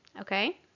okay